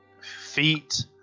feet